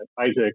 Isaac